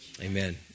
Amen